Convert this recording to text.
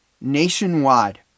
nationwide